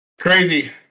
crazy